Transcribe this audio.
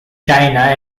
china